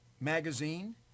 magazine